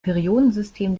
periodensystem